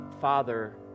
Father